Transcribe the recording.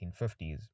1950s